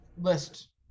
list